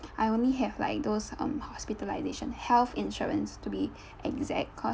I only have like those um hospitalisation health insurance to be exact cos